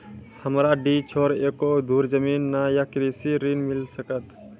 हमरा डीह छोर एको धुर जमीन न या कृषि ऋण मिल सकत?